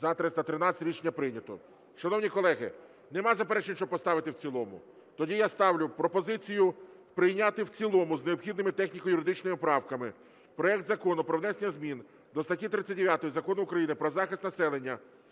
За-313 Рішення прийнято. Шановні колеги, немає заперечень, щоб поставити в цілому? Тоді я ставлю пропозицію прийняти в цілому з необхідними техніко-юридичними правками проект Закону про внесення змін до статті 39 Закону України "Про захист населення